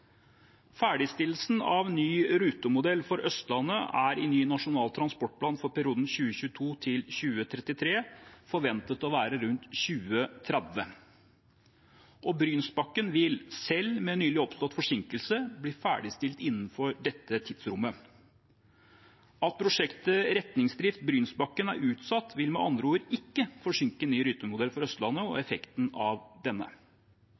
Ferdigstillelsen av ny rutemodell for Østlandet er i ny nasjonal transportplan for perioden 2022–2033 forventet å være rundt 2030. Brynsbakken vil, selv med nylig oppstått forsinkelse, bli ferdigstilt innenfor dette tidsrommet. At prosjektet Retningsdrift Brynsbakken er utsatt, vil med andre ord ikke forsinke ny rutemodell for Østlandet og effekten av denne.